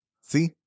See